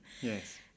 yes